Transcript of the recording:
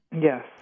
Yes